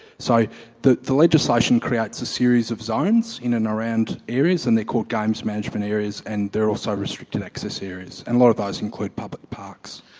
so the the legislation creates a series of zones in and around areas, and they're called games management areas, and they're also restricted access areas. and a lot of those include public parks.